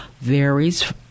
varies